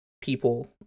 people